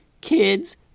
Kids